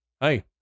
Hey